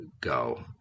go